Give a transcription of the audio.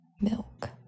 milk